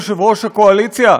יושב-ראש הקואליציה,